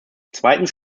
zweitens